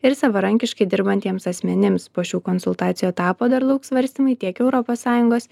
ir savarankiškai dirbantiems asmenims po šių konsultacijų etapo dar lauks svarstymai tiek europos sąjungos